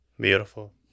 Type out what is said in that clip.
Beautiful